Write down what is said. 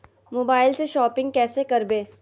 मोबाइलबा से शोपिंग्बा कैसे करबै?